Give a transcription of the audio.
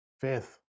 Faith